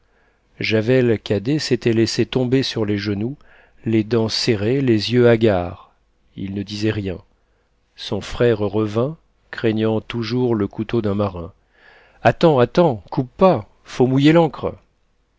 javel cadet s'était laissé tomber sur les genoux les dents serrées les yeux hagards il ne disait rien son frère revint craignant toujours le couteau d'un marin attends attends coupe pas faut mouiller l'ancre